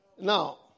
Now